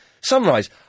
Sunrise